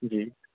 ਜੀ